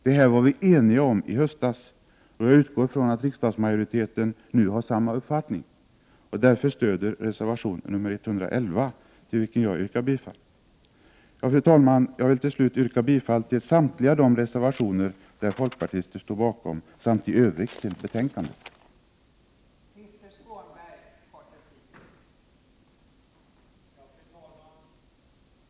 Detta var vi eniga om i höstas, och jag utgår ifrån att riksdagsmajoriteten nu har samma uppfattning och därför stöder reservation 111, till vilken jag yrkar bifall. Fru talman! Jag vill till slut yrka bifall till samtliga de reservationer som folkpartister står bakom samt i övrigt till utskottets hemställan.